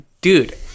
dude